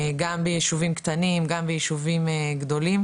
גם ביישובים קטנים, גם ביישובים גדולים,